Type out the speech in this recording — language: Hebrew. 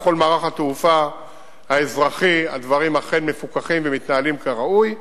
במערך התעופה האזרחי הדברים אכן מפוקחים ומתנהלים כראוי,